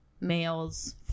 males